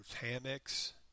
hammocks